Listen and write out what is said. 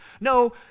No